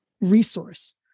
resource